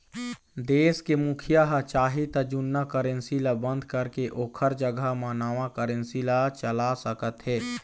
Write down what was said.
देश के मुखिया ह चाही त जुन्ना करेंसी ल बंद करके ओखर जघा म नवा करेंसी ला चला सकत हे